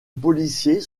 policiers